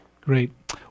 Great